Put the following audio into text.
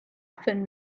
often